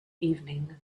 evening